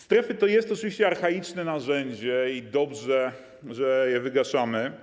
Strefy to oczywiście archaiczne narzędzie i dobrze, że je wygaszamy.